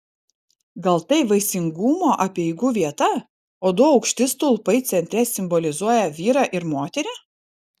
gal tai vaisingumo apeigų vieta o du aukšti stulpai centre simbolizuoja vyrą ir moterį